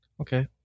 Okay